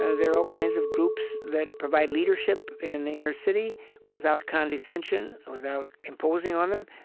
ah there are all kinds of groups that provide leadership in the inner city without condescension, without imposing on them.